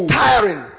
tiring